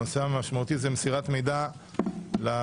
הנושא המשמעותי הוא מסירת מידע למ.מ.מ,